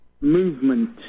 movement